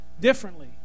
differently